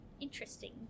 interesting